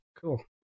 Cool